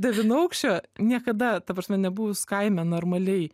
devynaukščio niekada ta prasme nebuvus kaime normaliai